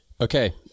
Okay